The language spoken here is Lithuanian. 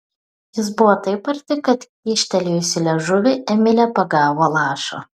jis buvo taip arti kad kyštelėjusi liežuvį emilė pagavo lašą